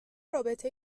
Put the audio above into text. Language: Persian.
رابطه